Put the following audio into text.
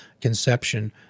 conception